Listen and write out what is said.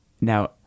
Now